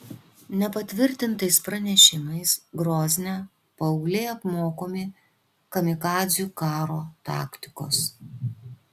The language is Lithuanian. nepatvirtintais pranešimais grozne paaugliai apmokomi kamikadzių karo taktikos